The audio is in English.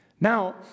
Now